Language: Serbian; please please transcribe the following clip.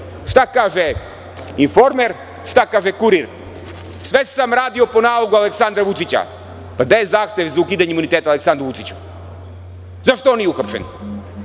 šta kaže Informer, šta kaže Kurir? Sve sam radio po nalogu Aleksandra Vučića. Gde je zahtev za ukidanje imuniteta Aleksandru Vučiću? Zašto on nije uhapšen?